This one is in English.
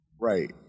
Right